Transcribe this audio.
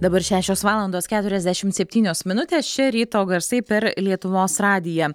dabar šešios valandos keturiasdešimt septynios minutės čia ryto garsai per lietuvos radiją